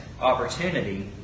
opportunity